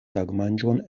tagmanĝon